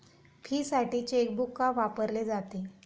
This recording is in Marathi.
फीसाठी चेकबुक का वापरले जाते?